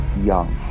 young